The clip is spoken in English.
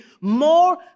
more